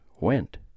went